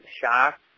shocks